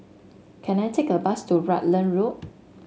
can I take a bus to Rutland Road